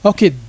Okay